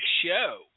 Show